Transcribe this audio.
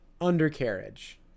undercarriage